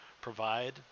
provide